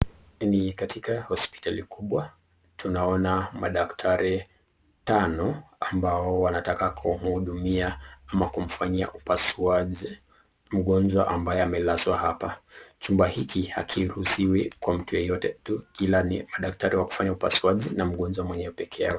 Ni katika hospitali kubwa tunaona madaktari tano ambao wanataka kumhudumia ama kumfanyia upasuaji mgonjwa ambaye amelazwa hapa. Chumba hiki hakiruhusiwi kwa mtu yeyote tu ila daktari wa kufanya upasuaji na mgonjwa mwenyewe pekee yao.